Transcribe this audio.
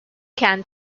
can